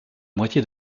moitié